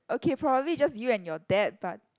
okay probably just you and your dad but